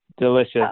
Delicious